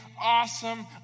Awesome